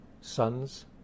sons